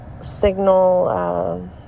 signal